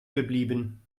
geblieben